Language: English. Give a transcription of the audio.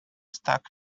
stuck